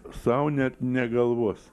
sau net negalvos